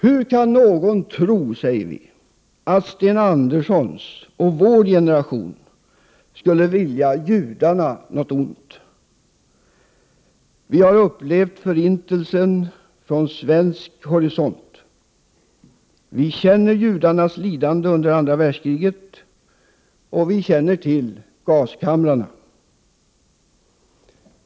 ”Hur kan någon tro att Sten Anderssons och vår generation skulle vilja judarna något ont? Vi har upplevt Förintelsen från svensk horisont. Vi känner judarnas lidande under andra Världskriget, vi känner gaskamrarna.